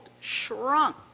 shrunk